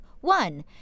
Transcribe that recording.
one